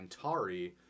Antari